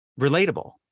relatable